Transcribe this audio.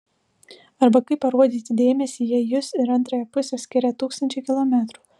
arba kaip parodyti dėmesį jei jus ir antrąją pusę skiria tūkstančiai kilometrų